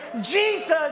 Jesus